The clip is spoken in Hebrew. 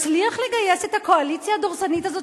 מצליח לגייס את הקואליציה הדורסנית הזאת